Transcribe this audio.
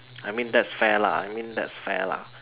I mean that's fair lah I mean that's fair lah